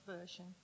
version